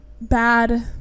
bad